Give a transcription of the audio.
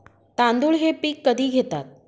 तांदूळ हे पीक कधी घेतात?